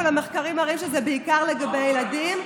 אבל המחקרים מראים שזה בעיקר לגבי ילדים,